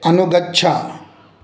अनुगच्छ